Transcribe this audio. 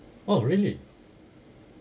oh really